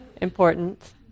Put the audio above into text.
important